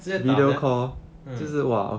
他直接打 sia mm